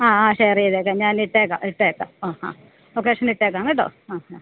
ആ ആ ഷെയര് ചെയ്തേക്കാം ഞാന് ഇട്ടേക്കാം ഇട്ടേക്കാം ആ ആ ലൊക്കേഷന് ഇട്ടേക്കാം കേട്ടോ ഹാ ഹാ